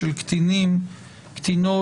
של קטינים/קטינות,